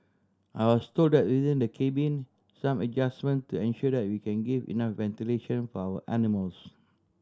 I was told that within the cabin some adjustment to ensure that we can give enough ventilation for our animals